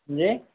جی